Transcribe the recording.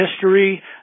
history